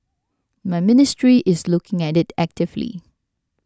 my ministry is looking at it actively